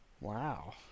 Wow